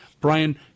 Brian